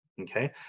Okay